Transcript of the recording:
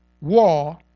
war